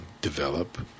develop